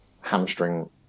hamstring